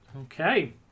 Okay